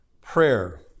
prayer